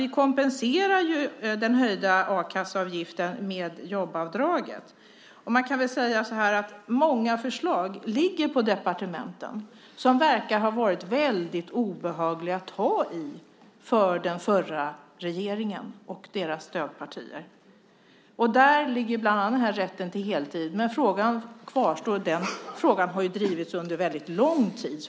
Vi kompenserar den höjda a-kasseavgiften med jobbavdraget. Många förslag ligger på departementen. De verkar ha varit obehagliga att ta i för den förra regeringen och stödpartierna. Där ligger bland annat rätten till heltid. Frågan kvarstår. Den frågan har drivits under lång tid.